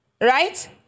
right